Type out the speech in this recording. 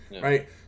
right